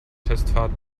testfahrt